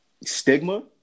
stigma